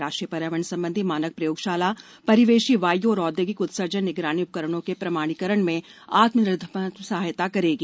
राष्ट्रीय पर्यावरण संबंधी मानक प्रयोगशाला परिवेशी वायू और औद्योगिक उत्सर्जन निगरानी उपकरणों के प्रमाणीकरण में आत्मनिर्भरता में सहायता करेगी